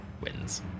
wins